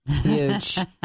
Huge